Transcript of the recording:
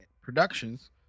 Productions